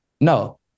No